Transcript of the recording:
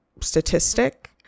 statistic